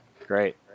Great